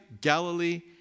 Galilee